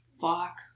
Fuck